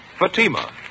Fatima